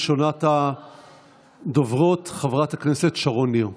ראשונת הדוברות חברת הכנסת שרון ניר.